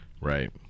Right